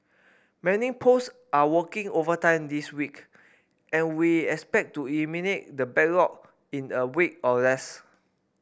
many post are working overtime this week and we expect to eliminate the backlog in a week or less